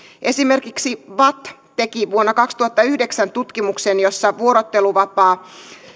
esimerkiksi vatt teki vuonna kaksituhattayhdeksän tutkimuksen jossa vuorotteluvapaa